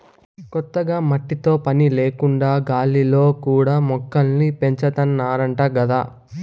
కొత్తగా మట్టితో పని లేకుండా గాలిలో కూడా మొక్కల్ని పెంచాతన్నారంట గదా